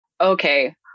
Okay